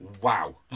Wow